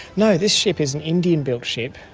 no, this ship is an indian built ship,